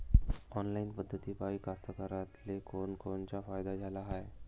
Online पद्धतीपायी कास्तकाराइले कोनकोनचा फायदा झाला हाये?